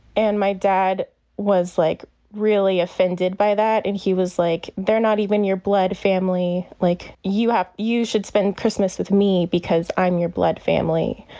and my dad was like really offended by that. and he was like, they're not even your blood family like you have. you should spend christmas with me because i'm your blood family.